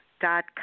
dot